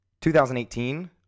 2018